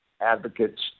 Advocates